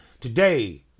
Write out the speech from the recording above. Today